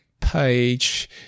page